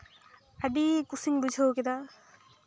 ᱟᱹᱰᱤ ᱠᱩᱥᱤᱧ ᱵᱩᱡᱷᱟᱹᱣ ᱠᱮᱫᱟ